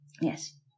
Yes